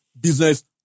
business